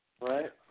Right